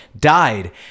died